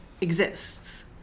exists